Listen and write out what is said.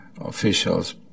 officials